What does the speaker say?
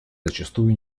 зачастую